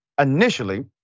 initially